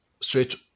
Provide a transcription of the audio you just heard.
straight